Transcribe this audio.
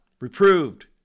reproved